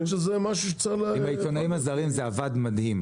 עם העיתונאים הזרים זה עבד מדהים.